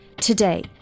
Today